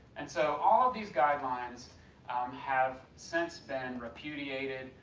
and so all of these guidelines have since been repudiated,